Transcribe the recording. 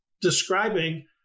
describing